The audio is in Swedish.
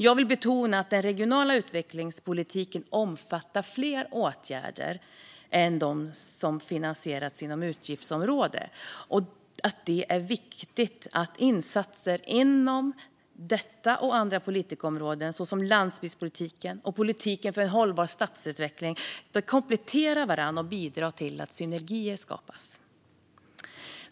Jag vill betona att den regionala utvecklingspolitiken omfattar fler åtgärder än dem som finansieras inom utgiftsområdet och att det är viktigt att insatser inom detta och andra politikområden, såsom landsbygdspolitiken och politiken för hållbar stadsutveckling, kompletterar varandra och bidrar till att synergier skapas.